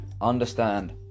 understand